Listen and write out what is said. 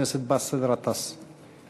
חבר הכנסת באסל גטאס.